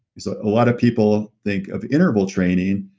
so a lot of people think of interval training,